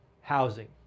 Housing